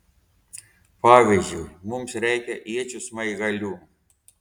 pavyzdžiui mums reikia iečių smaigalių